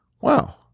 wow